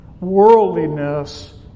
Worldliness